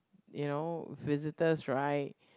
you know visitors right